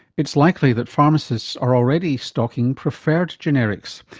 it's likely that pharmacists are already stocking preferred generics.